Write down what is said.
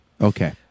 Okay